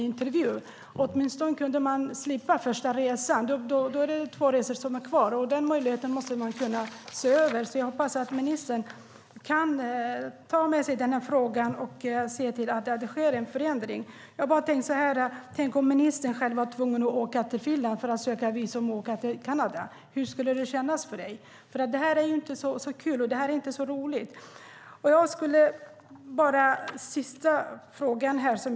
Då skulle man åtminstone slippa den första resan. Då är det två resor kvar. Den möjligheten borde man kunna se över. Jag hoppas att ministern kan ta med sig den här frågan och se till att det sker en förändring. Tänk om ministern själv var tvungen att åka till Finland för att söka visum för att åka till Kanada. Hur det skulle det kännas? Det här är inte så roligt. Jag har en sista fråga.